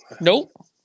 Nope